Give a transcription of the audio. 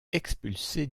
expulsés